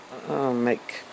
make